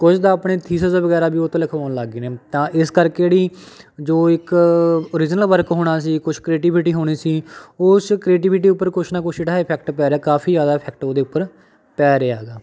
ਕੁਝ ਤਾਂ ਆਪਣੇ ਥੀਸਸ ਵਗੈਰਾ ਵੀ ਉਹ ਤੋਂ ਲਿਖਵਾਉਣ ਲੱਗ ਗਏ ਨੇ ਤਾਂ ਇਸ ਕਰਕੇ ਜਿਹੜੀ ਜੋ ਇੱਕ ਓਰੀਜਨਲ ਵਰਕ ਹੋਣਾ ਸੀ ਕੁਛ ਕ੍ਰੀਏਟਿਵਿਟੀ ਹੋਣੀ ਸੀ ਉਸ ਕ੍ਰੀਏਟਿਵਿਟੀ ਉੱਪਰ ਕੁਛ ਨਾ ਕੁਛ ਜਿਹੜਾ ਹੈ ਇਫੈਕਟ ਪੈ ਰਿਹਾ ਕਾਫ਼ੀ ਜ਼ਿਆਦਾ ਇਫੈਕਟ ਉਹਦੇ ਉੱਪਰ ਪੈ ਰਿਹਾ ਹੈਗਾ